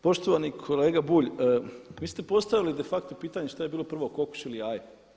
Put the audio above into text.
Poštovani kolega Bulj, vi ste postavili de facto pitanje šta je bilo prvo kokoš ili jaje.